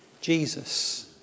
Jesus